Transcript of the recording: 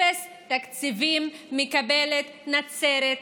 אפס תקציבים מקבלת נצרת.